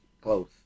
close